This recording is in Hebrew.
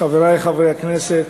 חברי חברי הכנסת,